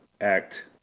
act